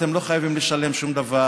אתם לא חייבים לשלם שום דבר,